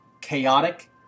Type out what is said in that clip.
chaotic